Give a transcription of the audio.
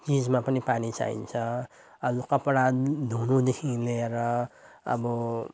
चिजमा पनि पानी चाहिन्छ अब कपडा धुनुदेखि लिएर अब